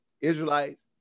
Israelites